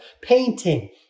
painting